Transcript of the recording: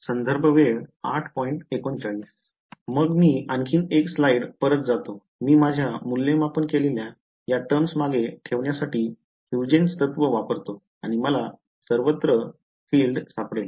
मग मी आणखी 1 स्लाइड परत जातो मी माझ्या मूल्यमापन केलेल्या या टर्म्स मागे ठेवण्यासाठी हूजेन्स तत्व वापरतो आणि मला सर्वत्र फील्ड सापडेल